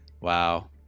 Wow